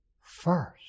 first